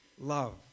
Love